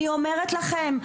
אני אומרת לכם,